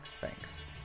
Thanks